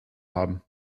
haben